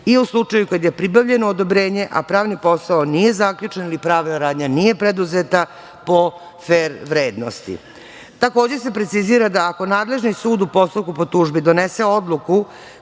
i u slučaju kada je pribavljeno odobrenje a pravni posao nije zaključen ili pravna radnja nije preduzeta po fer vrednosti. Takođe se precizira da ako nadležni sud u postupku po tužbi donese odluku